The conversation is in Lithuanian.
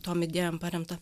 tom idėjom paremtą